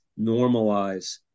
normalize